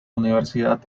universidad